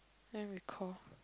then we call